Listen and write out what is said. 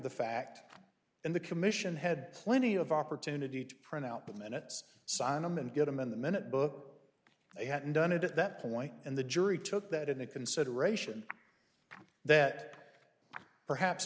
the fact and the commission had plenty of opportunity to print out the minutes sonam and get them in the minute book they hadn't done it at that point and the jury took that into consideration that perhaps